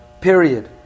Period